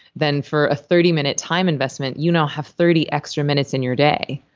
then for a thirty minute time investment, you now have thirty extra minutes in your day.